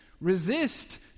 resist